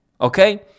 Okay